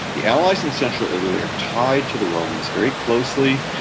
the allies in central italy are tied to the romans very closely.